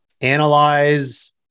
analyze